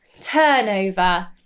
turnover